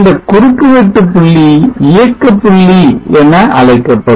இந்த குறுக்கு வெட்டு புள்ளி இயக்க புள்ளி எனஅழைக்கப்படும்